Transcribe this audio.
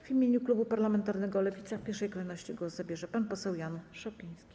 W imieniu klubu parlamentarnego Lewica w pierwszej kolejności głos zabierze pan poseł Jan Szopiński.